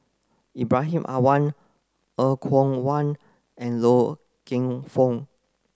Ibrahim Awang Er Kwong Wah and Loy Keng Foo